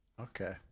okay